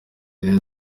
rero